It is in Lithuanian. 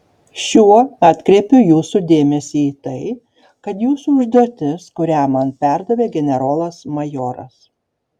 šiuo atkreipiu jūsų dėmesį į tai kad jūsų užduotis kurią man perdavė generolas majoras